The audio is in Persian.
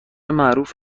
معروف